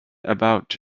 about